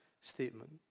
statement